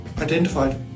identified